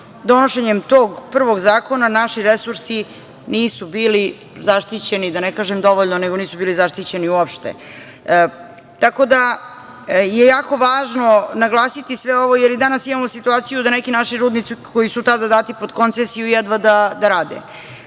donošenjem tog prvog zakona, naši resursi nisu bili zaštićeni, da ne kažem dovoljno, nego nisu bili zaštićeni uopšte. Jako je važno naglasiti sve ovo, jer i danas imamo situaciju da neki naši rudnici, koji su tada dati pod koncesiju, jedva da rade.